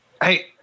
Hey